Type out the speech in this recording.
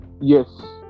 Yes